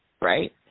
right